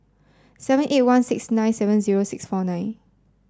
seven eight one six nine seven zero six four nine